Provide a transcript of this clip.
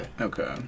Okay